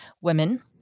women